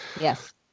Yes